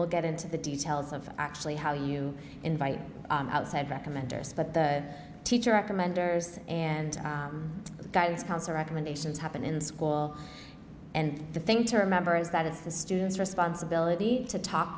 we'll get into the details of actually how you invite outside recommenders but the teacher recommenders and the guidance counselor recommendations happen in school and the thing to remember is that it's the student's responsibility to talk